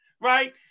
right